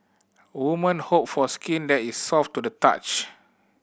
woman hope for skin that is soft to the touch